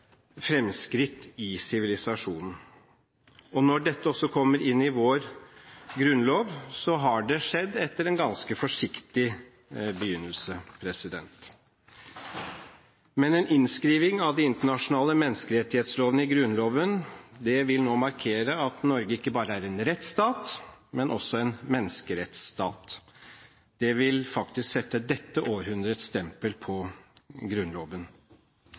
fremskritt i sivilisasjonen. Når dette også kommer inn i vår grunnlov, har det skjedd etter en ganske forsiktig begynnelse. En innskriving av de internasjonale menneskerettighetslovene i Grunnloven vil nå markere at Norge ikke bare er en rettsstat, men også en menneskerettsstat. Det vil faktisk sette dette århundrets stempel på Grunnloven